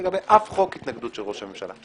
לגבי אף חוק התנגדות של ראש הממשלה.